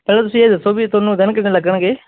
ਪਹਿਲਾਂ ਤੁਸੀਂ ਇਹ ਦੱਸੋ ਵੀ ਤੁਹਾਨੂੰ ਦਿਨ ਕਿੰਨੇ ਲੱਗਣਗੇ